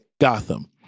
Gotham